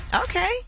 Okay